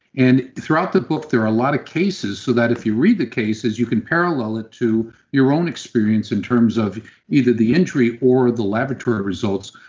and throughout the book, there are a lot of cases, so that if you read the cases, you can parallel it to your own experience in terms of either the entry or the laboratory results.